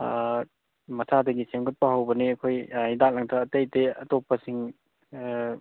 ꯃꯆꯥꯗꯒꯤ ꯁꯦꯝꯒꯠꯄ ꯍꯧꯕꯅꯦ ꯑꯩꯈꯣꯏ ꯍꯤꯗꯥꯛ ꯂꯥꯡꯊꯛ ꯑꯇꯩꯇꯩ ꯑꯇꯣꯞꯄꯁꯤꯡ